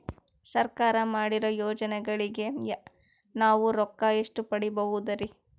ಸರ್ಕಾರ ಮಾಡಿರೋ ಯೋಜನೆಗಳಿಗೆ ನಾವು ರೊಕ್ಕ ಎಷ್ಟು ಪಡೀಬಹುದುರಿ?